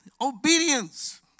Obedience